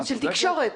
תקשורת.